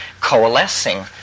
coalescing